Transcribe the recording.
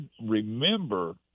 remember